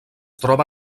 troba